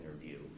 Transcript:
interview